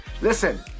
Listen